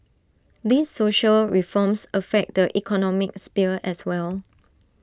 these social reforms affect the economic sphere as well